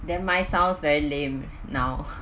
then mine sounds very lame now